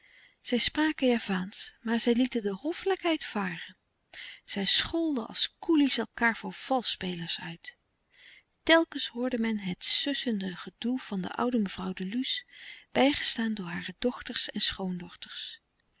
zij spraken javaansch maar zij lieten de hoffelijkheid varen zij scholden als koelies elkaâr voor valschspelers uit telkens hoorde men het sussend gedoe van de oude mevrouw de luce bijgestaan door hare dochters en schoondochters